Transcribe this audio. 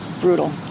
brutal